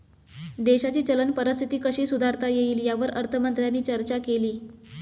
देशाची चलन परिस्थिती कशी सुधारता येईल, यावर अर्थमंत्र्यांनी चर्चा केली